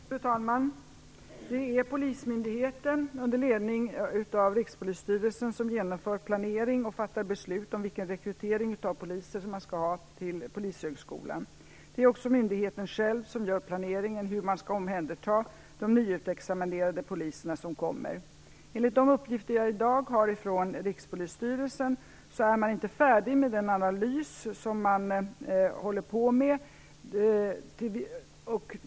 Fru talman! Det är polismyndigheten under ledning av Rikspolisstyrelsen som genomför planering och fattar beslut om vilken rekrytering av poliser som man skall ha till Polishögskolan. Det är också myndigheten själv som gör planeringen för hur man skall omhänderta de nyutexaminerade poliserna. Enligt de uppgifter jag i dag har från Rikspolisstyrelsen är man inte färdig med den analys som man håller på med.